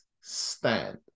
stand